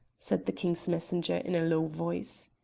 said the king's messenger in a low voice.